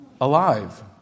alive